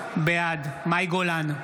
בעד יצחק גולדקנופ, בעד מאי גולן,